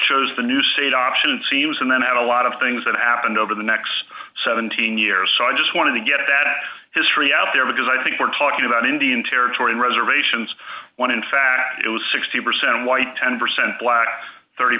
chose the new state option seems and then had a lot of things that happened over the next seventeen years so i just to get that history out there because i think we're talking about indian territory reservations one in fact it was sixty percent white ten percent black thirty